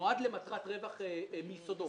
שנועד למטרת רווח מיסודו.